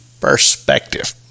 perspective